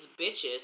bitches